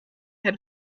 had